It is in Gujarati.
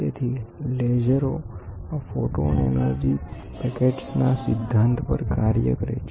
તેથી લેસરો આ photon energy packetsના સિદ્ધાંત પર કાર્ય કરે છે